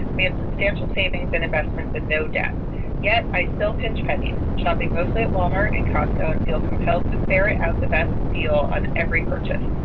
we have substantial savings and investments and no debt yet. i still pinch pennies shopping mostly at wal-mart and costco and feel compelled to ferret out the best deal on every purchase.